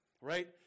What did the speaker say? right